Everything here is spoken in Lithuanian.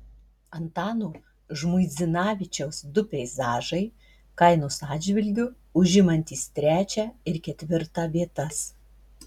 antano žmuidzinavičiaus du peizažai kainos atžvilgiu užimantys trečią ir ketvirtą vietas